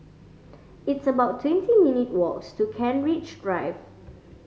it's about twenty minute walks to Kent Ridge Drive